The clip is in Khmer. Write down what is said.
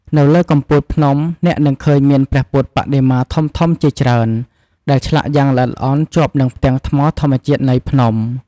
នៅលើកំពូលភ្នំ អ្នកនឹងឃើញមានព្រះពុទ្ធបដិមាធំៗជាច្រើន ដែលឆ្លាក់យ៉ាងល្អិតល្អន់ជាប់នឹងផ្ទាំងថ្មធម្មជាតិនៃភ្នំ។